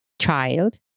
child